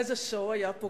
איזה show היה פה.